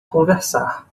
conversar